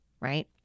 right